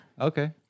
Okay